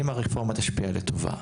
אם הרפורמה תשפיע לטובה,